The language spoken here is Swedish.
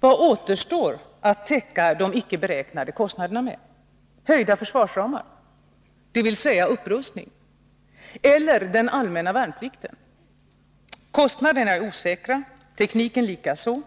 Vad återstår att täcka de icke beräknade kostnaderna med? Höjda försvarsramar, dvs. upprustning? Eller den allmänna värnplikten? Kostnader är osäkra, tekniken likaså.